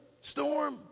storm